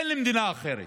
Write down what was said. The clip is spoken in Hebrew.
אין לי מדינה אחרת.